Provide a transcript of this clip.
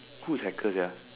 who is hacker sia